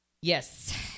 yes